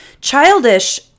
Childish